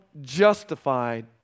justified